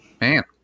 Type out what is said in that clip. Man